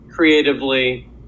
Creatively